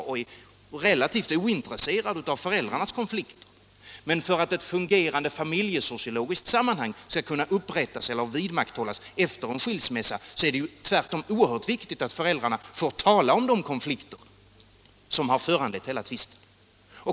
I den egenskapen är hon relativt ointresserad av föräldrarnas konflikter. Men för att ett fungerande familjesociologiskt sammanhang skall kunna vidmakthållas efter en skilsmässa är det tvärtom oerhört viktigt att föräldrarna får tala om de konflikter som föranlett hela tvisten.